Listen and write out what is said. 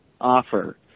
offer